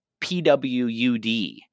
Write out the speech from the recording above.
PWUD